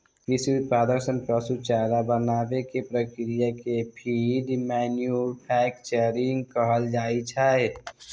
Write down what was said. कृषि उत्पाद सं पशु चारा बनाबै के प्रक्रिया कें फीड मैन्यूफैक्चरिंग कहल जाइ छै